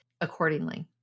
accordingly